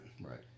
Right